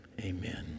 Amen